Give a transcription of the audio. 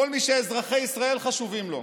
כל מי שאזרחי ישראל חשובים לו,